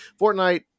Fortnite